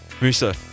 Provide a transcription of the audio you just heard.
Musa